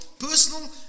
personal